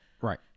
Right